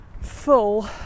full